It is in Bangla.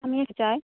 আমি এক চাই